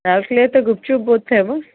ରାଉରକେଲାରେ ତ ଗୁପଚୁପ୍ ବହୁତ ଫେମସ୍